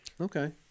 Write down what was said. Okay